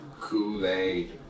Kool-Aid